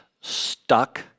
stuck